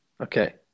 Okay